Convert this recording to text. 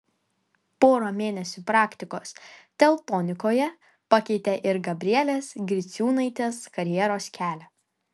pora mėnesių praktikos teltonikoje pakeitė ir gabrielės griciūnaitės karjeros kelią